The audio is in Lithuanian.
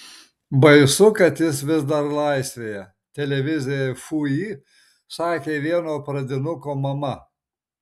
baisu kad jis vis dar laisvėje televizijai fuji sakė vieno pradinuko mama